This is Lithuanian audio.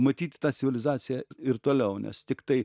matyti tą civilizaciją ir toliau nes tiktai